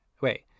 Wait